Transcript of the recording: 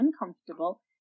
uncomfortable